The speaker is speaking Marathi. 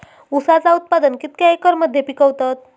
ऊसाचा उत्पादन कितक्या एकर मध्ये पिकवतत?